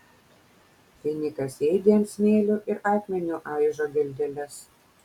finikas sėdi ant smėlio ir akmeniu aižo geldeles